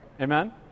amen